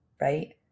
right